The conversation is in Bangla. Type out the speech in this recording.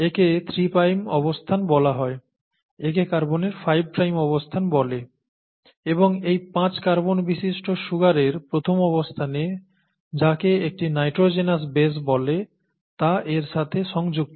একে 3 প্রাইম অবস্থান বলা হয় একে কার্বনের 5 প্রাইম অবস্থান বলে এবং এই পাঁচ কার্বন বিশিষ্ট সুগারের প্রথম অবস্থানে যাকে একটি নাইট্রোজেনাস বেশ বলে তা এর সাথে সংযুক্ত